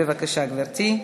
בבקשה, גברתי.